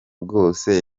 bwose